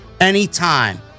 anytime